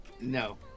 No